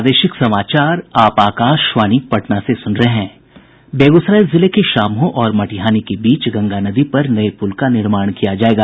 बेगूसराय जिले के शाम्हो और मटिहानी के बीच गंगा नदी पर नये पुल का निर्माण किया जायेगा